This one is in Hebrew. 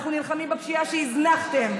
אנחנו נלחמים בפשיעה שהזנחתם,